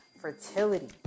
Fertility